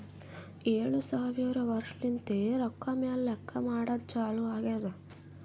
ಏಳು ಸಾವಿರ ವರ್ಷಲಿಂತೆ ರೊಕ್ಕಾ ಮ್ಯಾಲ ಲೆಕ್ಕಾ ಮಾಡದ್ದು ಚಾಲು ಆಗ್ಯಾದ್